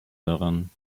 daran